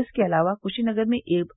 इसके अलावा कुशीनगर में एक